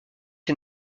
est